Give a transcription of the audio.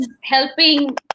helping